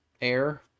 air